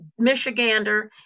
Michigander